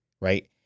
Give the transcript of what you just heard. right